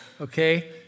okay